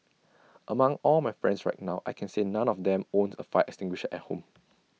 among all my friends right now I can say none of them owns A fire extinguisher at home